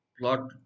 plot